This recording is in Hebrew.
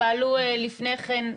פעלו לפני כן,